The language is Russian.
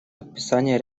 подписание